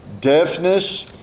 deafness